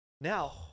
Now